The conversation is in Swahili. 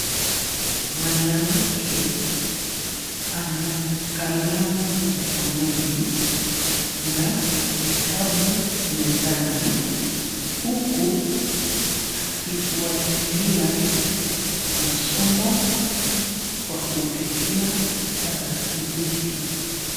Mwanamke ana kalamu mkononi na kitabu mezani huku akifuatilia masomo kwa kupitia tarakilishi.